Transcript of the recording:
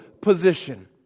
position